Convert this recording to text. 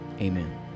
amen